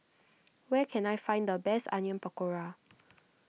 where can I find the best Onion Pakora